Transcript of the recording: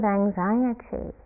anxiety